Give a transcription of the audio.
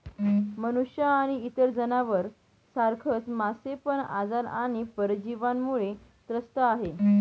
मनुष्य आणि इतर जनावर सारखच मासे पण आजार आणि परजीवींमुळे त्रस्त आहे